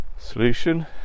solution